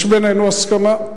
יש בינינו הסכמה.